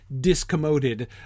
discommoded